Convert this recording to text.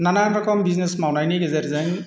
नानान रखम बिजनेस मावनायनि गेजेरजों